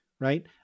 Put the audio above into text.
right